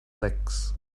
licks